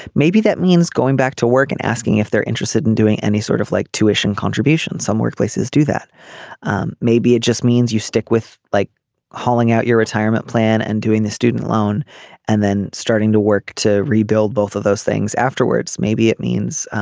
maybe that means going back to work and asking if they're interested in doing any sort of like tuition contribution some workplaces do that um maybe it just means you stick with like hauling out your retirement plan and doing the student loan and then starting to work to rebuild both of those things afterwards. maybe it means